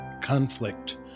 conflict